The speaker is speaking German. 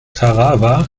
tarawa